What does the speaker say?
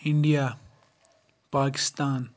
India Pakistan